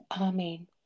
Amen